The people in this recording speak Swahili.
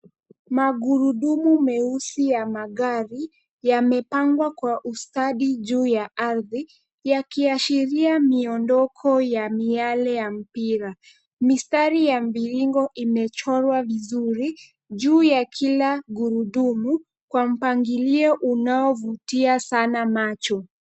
Magurudumu meusi ya magari yamepangwa kwa ustadi juu ya ardhi yakiashiria miondoko ya miale ya mipira. Mistari ya miviringo imechorwa vizuri juu ya kila gurudumu kwa mpangilio unaovutia sana macho.